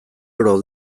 oro